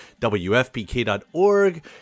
WFPK.org